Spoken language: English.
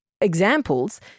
examples